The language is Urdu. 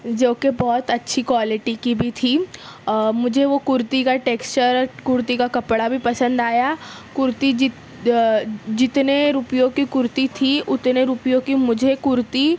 جوکہ بہت اچھی کوالٹی کی بھی تھی مجھے وہ کُرتی کا ٹیکسچر کُرتی کا کپڑا بھی پسند آیا کُرتی جتنے روپیوں کی کُرتی تھی اتنے روپیوں کی مجھے کُرتی